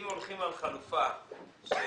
גם באישור ועדת כספים,